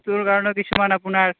সেইটোৰ কাৰণেও কিছুমান আপোনাৰ